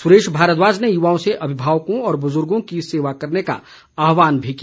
सुरेश भारद्वाज ने युवाओं से अभिभावकों और बुजुर्गों की सेवा करने का आहवान भी किया